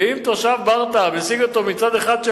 ואם תושב ברטעה מסיע אותו מצד אחד של